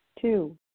Two